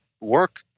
work